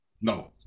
No